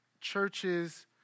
churches